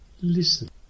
listen